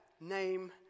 name